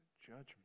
judgment